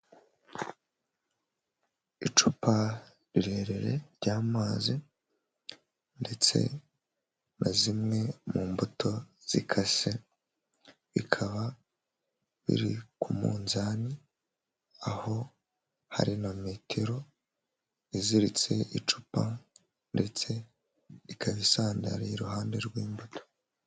Icupa rirerire ry'amazi ndetse na zimwe mu mbuto zikase bikaba biri ku munzani, aho hari na metero iziritse icupa ndetse ikaba isandariye iruhande rw'imbuto.